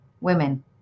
women